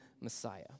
Messiah